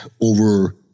over